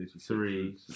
three